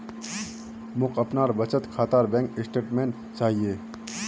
मोक अपनार बचत खातार बैंक स्टेटमेंट्स चाहिए